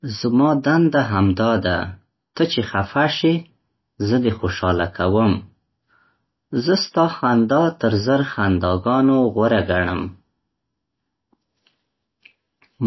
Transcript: زما دنده همدا ده، ته چې خفه شې، زه دې خوشاله کوم. زه ستا خندا تر زر خنداګانو غوره ګڼم.